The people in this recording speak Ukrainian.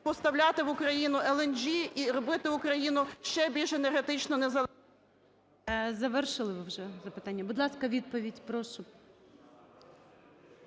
поставляти в Україну "Еленджі" і робити Україну ще більш енергетично незалежною.